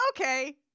Okay